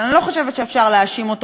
אבל אני לא חושבת שאפשר להאשים אותו